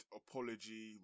apology